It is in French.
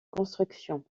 construction